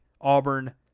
Auburn